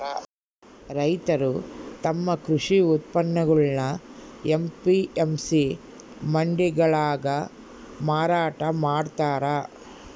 ರೈತರು ತಮ್ಮ ಕೃಷಿ ಉತ್ಪನ್ನಗುಳ್ನ ಎ.ಪಿ.ಎಂ.ಸಿ ಮಂಡಿಗಳಾಗ ಮಾರಾಟ ಮಾಡ್ತಾರ